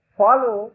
follow